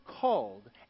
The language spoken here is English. called